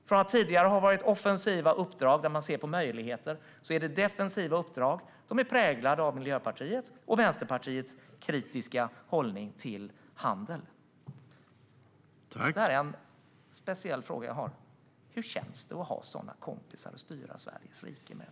Från att tidigare ha varit offensiva uppdrag där man ser på möjligheter blir det defensiva uppdrag som präglas av Miljöpartiets och Vänsterpartiets kritiska hållning till handel. Jag har en speciell fråga: Hur känns det att ha sådana kompisar att styra Sveriges rike med?